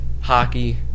hockey